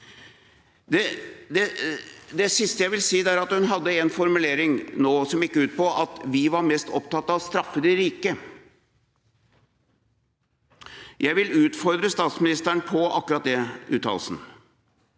Det siste jeg vil si, er at hun nå hadde en formulering som gikk ut på at vi var mest opptatt av å straffe de rike. Jeg vil utfordre statsministeren på akkurat den uttalelsen.